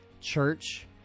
Church